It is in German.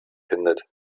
findet